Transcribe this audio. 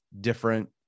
different